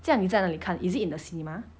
这样你在哪里看 is it in the cinema